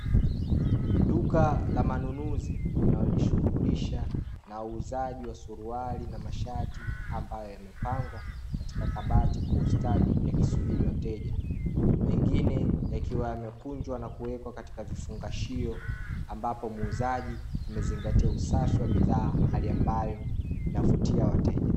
Duka la manunuzi linalo jishughulisha na uuzaji wa suruali na mashati, ambayo yamepangwa katika kabati kwa ustadi yakisubiri wateja, mengine yakiwa yamekunjwa na kuwekwa katika vifungashio, ambapo muuzaji amezingatia usafi wa bidhaa hali ambayo inavutia wateja.